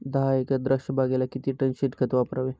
दहा एकर द्राक्षबागेला किती टन शेणखत वापरावे?